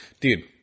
dude